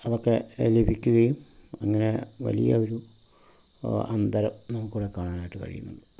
അതൊക്കെ ലഭിക്കുകയും അങ്ങനെ വലിയ ഒരു അന്തരം നമുക്കിവിടെ കാണാനായിട്ട് കഴിയുന്നുണ്ട്